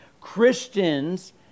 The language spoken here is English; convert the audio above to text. Christians